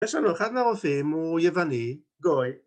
יש לנו אחד מהרופאים הוא יווני גוי